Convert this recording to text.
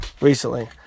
recently